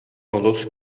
олус